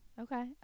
Okay